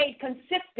consistent